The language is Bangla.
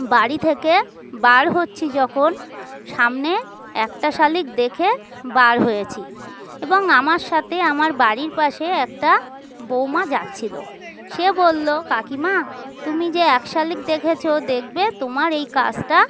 বাড়ি থেকে বার হচ্ছি যখন সামনে একটা শালিক দেখে বার হয়েছি এবং আমার সাথে আমার বাড়ির পাশে একটা বউমা যাচ্ছিলো সে বললো কাকিমা তুমি যে এক শালিক দেখেছ দেখবে তোমার এই কাজটা